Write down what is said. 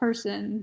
Person